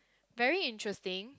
very interesting